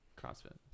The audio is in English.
CrossFit